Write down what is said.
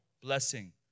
blessing